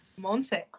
Monse